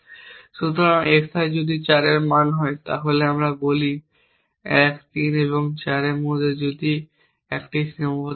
সুতরাং xi যদি 4 এর সমান হয় তাহলে বলি 1 3 এবং 4 এর মধ্যে যদি একটি সীমাবদ্ধতা থাকে